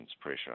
pressure